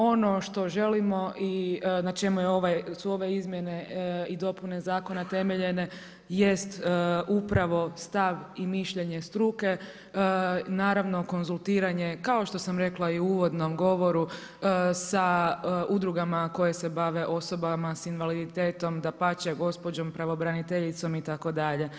Ono što želimo i na čemu su ove izmjene i dopune zakona temeljene jest upravo stav i mišljenje struke, naravno konzultiranje, kao što sam rekla i u uvodnom govoru sa udrugama koje se bave osobama sa invaliditetom, dapače gospođom pravobraniteljicom itd.